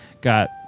got